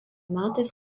metais